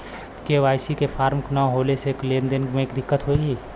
KYC के form न होले से लेन देन में दिक्कत होखी?